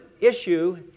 issue